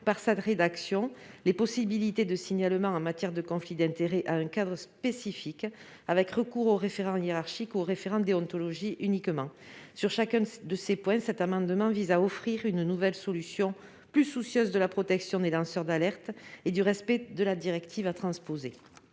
par sa rédaction les possibilités de signalement en matière de conflits d'intérêts à un cadre spécifique, impliquant le seul recours au référent hiérarchique ou au référent déontologue. Sur chacun de ces points, cet amendement vise à offrir une nouvelle solution, plus soucieuse de la protection des lanceurs d'alerte et du respect de la directive à transposer.